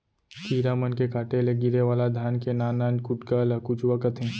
कीरा मन के काटे ले गिरे वाला धान के नान नान कुटका ल कुचवा कथें